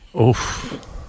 Oof